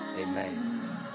amen